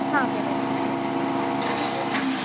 हा बरें बरें थँक्यू